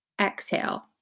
exhale